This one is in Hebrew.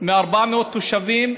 מ-400 תושבים,